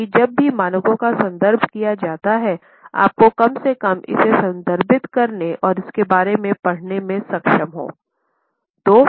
ताकि जब भी मानक का संदर्भ किया जाता है आपको कम से कम इसे संदर्भित करने और इसके बारे में पढ़ने में सक्षम होने चाहिए